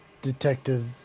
Detective